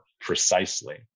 precisely